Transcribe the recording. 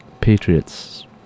Patriots